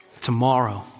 tomorrow